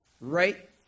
Right